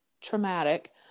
traumatic